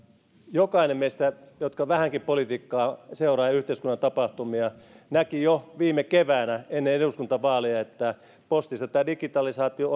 jokainen meistä jotka vähänkin politiikkaa ja yhteiskunnan tapahtumia seuraavat näki jo viime keväänä ennen eduskuntavaaleja että postissa tämä digitalisaatio